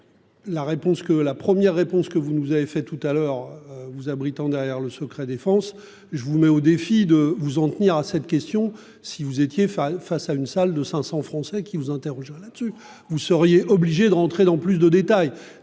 la première réponse que vous nous avez fait tout à l'heure vous abritant derrière le secret défense. Je vous mets au défi de vous en tenir à cette question si vous étiez Fall face à une salle de 500 Français qui vous interroge là- dessus. Vous seriez obligé de rentrer dans plus de détails.